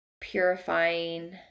purifying